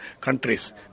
countries